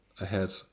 ahead